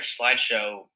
slideshow